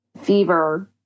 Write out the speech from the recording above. fever